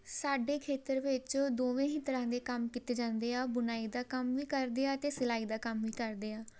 ਸਾਡੇ ਖੇਤਰ ਵਿੱਚ ਦੋਵੇਂ ਹੀ ਤਰ੍ਹਾਂ ਦੇ ਕੰਮ ਕੀਤੇ ਜਾਂਦੇ ਆ ਬੁਣਾਈ ਦਾ ਕੰਮ ਵੀ ਕਰਦੇ ਆ ਅਤੇ ਸਿਲਾਈ ਦਾ ਕੰਮ ਵੀ ਕਰਦੇ ਆ